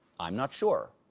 i'm not sure.